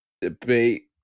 debate